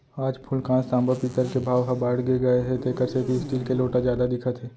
आज फूलकांस, तांबा, पीतल के भाव ह बाड़गे गए हे तेकर सेती स्टील के लोटा जादा दिखत हे